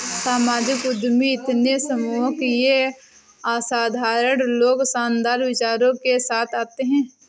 सामाजिक उद्यमी इतने सम्मोहक ये असाधारण लोग शानदार विचारों के साथ आते है